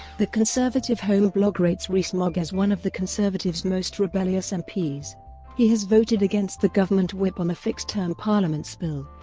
the conservativehome blog rates rees-mogg as one of the conservatives' most rebellious and mps. he has voted against the government whip on the fixed-term parliaments bill,